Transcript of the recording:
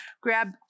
grab